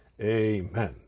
Amen